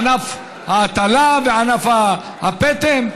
ענף ההטלה וענף הפטם,